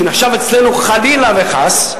שנחשבת אצלנו חלילה וחס,